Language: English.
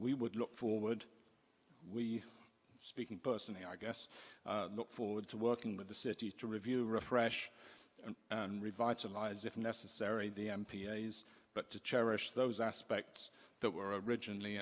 we would look for would we speaking personally i guess forward to working with the city to review refresh and revitalize if necessary the m p s but to cherish those aspects that were originally